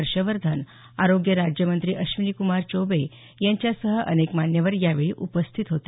हर्षवर्धन आरोग्य राज्यमंत्री अश्विनीक्मार चौबे यांच्यासह अनेक मान्यवर यावेळी उपस्थित होते